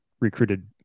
recruited